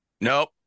nope